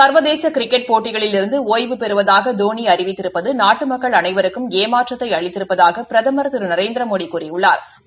சா்வதேச கிரிக்கெட் போட்டிகளிலிருந்து ஒய்வு பெறுவதாக தோனி அறிவித்திருப்பது நாட்டு மக்கள் அனைவருக்கும் ஏமாற்றத்தை அளித்திருப்பதாக பிரதமா் திரு நரேந்திரமோடி கூறியுள்ளாா்